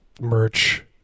merch